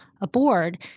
aboard